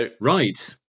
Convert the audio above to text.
Right